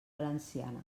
valenciana